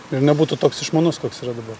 ir nebūtų toks išmanus koks yra dabar